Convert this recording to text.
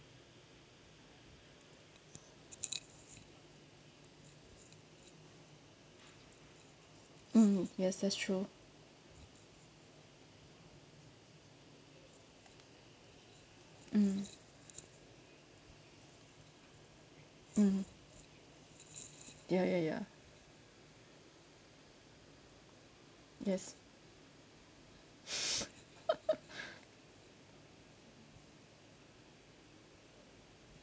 mm yes that's true mm mm ya ya ya yes